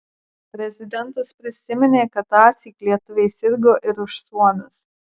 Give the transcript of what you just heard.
prezidentas prisiminė kad tąsyk lietuviai sirgo ir už suomius